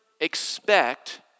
expect